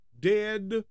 dead